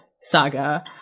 saga